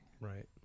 right